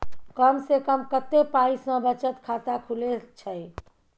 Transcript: कम से कम कत्ते पाई सं बचत खाता खुले छै?